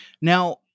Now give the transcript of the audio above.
Now